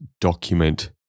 document